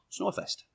snowfest